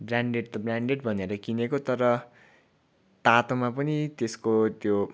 branded त branded भनेर किनेको तर तातोमा पनि त्यसको त्यो